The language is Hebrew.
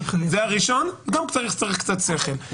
זה הראשון וגם צריך קצת שכל.